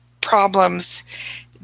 problems